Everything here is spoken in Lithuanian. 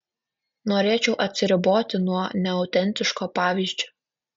norėčiau atsiriboti nuo neautentiško pavyzdžio